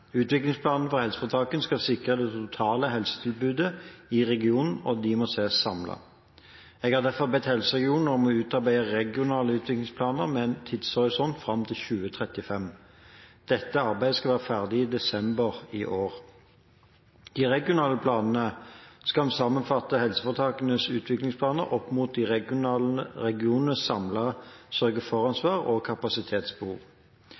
for helseforetakene skal sikre det totale helsetilbudet i regionen, og de må ses samlet. Jeg har derfor bedt helseregionene om å utarbeide regionale utviklingsplaner med en tidshorisont fram til 2035. Dette arbeidet skal være ferdig i desember i år. De regionale planene skal sammenfatte helseforetakenes utviklingsplaner opp mot